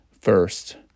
first